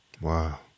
Wow